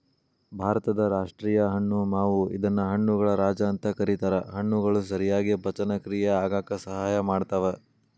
ಭಾರತದ ರಾಷ್ಟೇಯ ಹಣ್ಣು ಮಾವು ಇದನ್ನ ಹಣ್ಣುಗಳ ರಾಜ ಅಂತ ಕರೇತಾರ, ಹಣ್ಣುಗಳು ಸರಿಯಾಗಿ ಪಚನಕ್ರಿಯೆ ಆಗಾಕ ಸಹಾಯ ಮಾಡ್ತಾವ